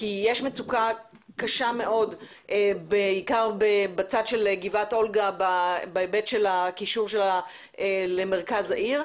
יש מצוקה קשה מאוד בעיקר בצד של גבעת אולגה בהיבט של הקישור למרכז העיר,